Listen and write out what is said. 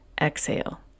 Exhale